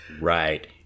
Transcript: Right